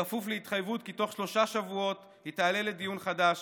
בכפוף להתחייבות כי תוך שלושה שבועות היא תעלה לדיון חדש